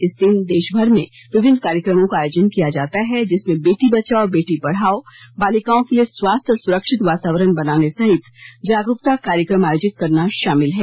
इस दिन देशभर में विभिन्न कार्यक्रमों का आयोजन किया जाता है जिसमें बेटी बचाओ बेटी पढ़ाओं बालिकाओं के लिए स्वास्थ्य और सुरक्षित वातावरण बनाने सहित जागरूकता कार्यक्रम आयोजित करना शामिल है